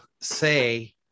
say